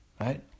Right